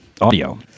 audio